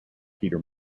peter